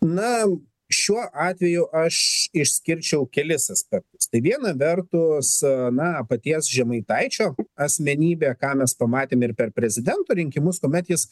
na šiuo atveju aš išskirčiau kelis aspektus viena vertus na paties žemaitaičio asmenybė ką mes pamatėme ir per prezidento rinkimus kuomet jis